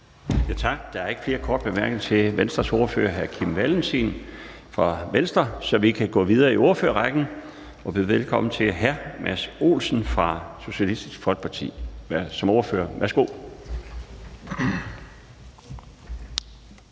Laustsen): Der er ikke flere korte bemærkninger til Venstres ordfører, hr. Kim Valentin. Så vi kan gå videre i ordførerrækken og byde velkommen til hr. Mads Olsen fra Socialistisk Folkeparti som ordfører. Værsgo.